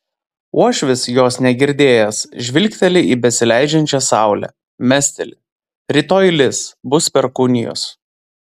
uošvis jos negirdėjęs žvilgteli į besileidžiančią saulę mesteli rytoj lis bus perkūnijos